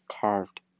carved